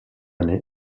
année